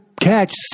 catch